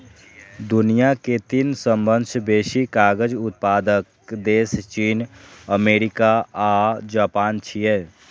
दुनिया के तीन सबसं बेसी कागज उत्पादक देश चीन, अमेरिका आ जापान छियै